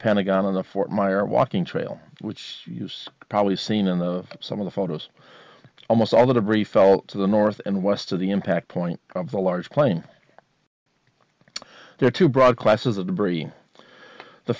pentagon on the fort myer walking trail which was probably seen on the some of the photos almost all the debris fell to the north and west of the impact point of the large plane there are two broad classes of debris the